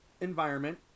environment